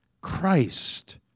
Christ